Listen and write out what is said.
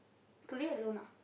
today alone ah